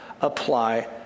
apply